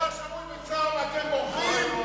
שרוי בצער ואתם בורחים?